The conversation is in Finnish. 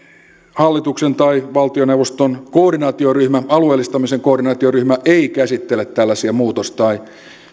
hallituksen tai valtioneuvoston koordinaatioryhmä alueellistamisen koordinaatioryhmä ei käsittele tällaisia muutos tai